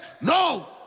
no